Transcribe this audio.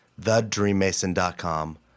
thedreammason.com